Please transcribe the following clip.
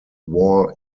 war